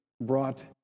brought